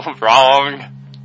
wrong